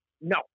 No